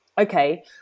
okay